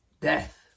death